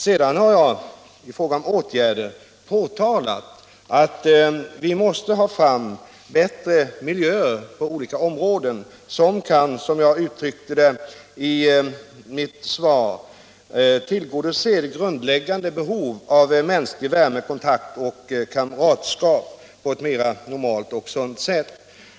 I fråga om åtgärder har jag påtalat att vi måste få fram bättre miljöer på olika områden som kan — som jag uttryckte det i mitt svar — tillgodose de grundläggande behoven av mänsklig värme, kontakt och kamratskap på ett mer normalt och sunt sätt.